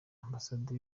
ambasade